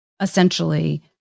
essentially